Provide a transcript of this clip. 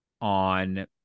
on